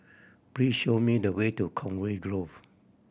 please show me the way to Conway Grove